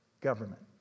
government